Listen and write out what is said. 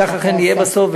כך יהיה בסוף,